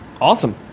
Awesome